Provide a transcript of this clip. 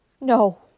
No